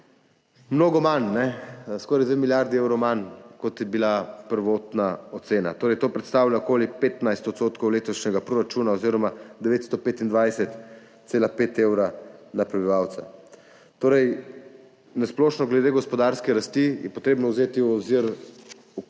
mnogo manj, skoraj 2 milijardi evrov manj, kot je bila prvotna ocena, to torej predstavlja okoli 15 % letošnjega proračuna oziroma 925,5 evra na prebivalca. Torej je na splošno glede gospodarske rasti treba vzeti v obzir dogodke